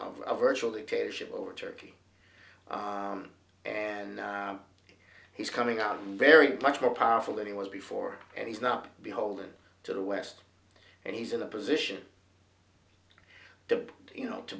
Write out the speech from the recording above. virtual dictatorship over turkey and he's coming out very much more powerful than he was before and he's not beholden to the west and he's in a position to you know to